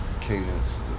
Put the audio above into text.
cadence